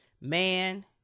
man